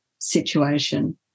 situation